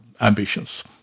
ambitions